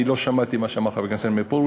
אני לא שמעתי מה אמר חבר הכנסת פרוש,